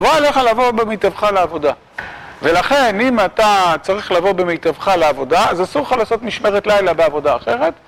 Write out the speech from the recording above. בוא אליך לבוא במיטבך לעבודה. ולכן, אם אתה צריך לבוא במיטבך לעבודה, אז אסור לך לעשות משמרת לילה בעבודה אחרת.